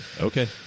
Okay